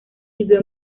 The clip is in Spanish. vivió